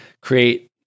create